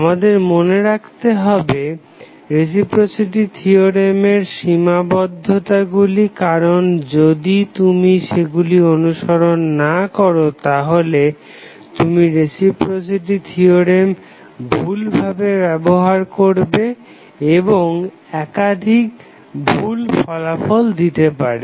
আমাদের মনে রাখতে হবে রেসিপ্রোসিটি থিওরেমের সীমাবদ্ধতাগুলি কারণ যদি তুমি সেইগুলি অনুসরণ না করো তাহলে তুমি রেসিপ্রোসিটি থিওরেম ভুলভাবে ব্যবহার করবে এবং এটা একাধিক ভুল ফলাফল দিতে পারে